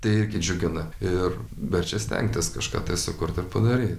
tai irgi džiugina ir verčia stengtis kažką tai sukurt ir padaryt